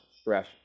stress